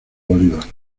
bolívar